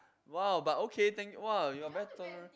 !wow! but okay thank !wah! you're very tolerant